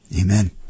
amen